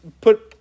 put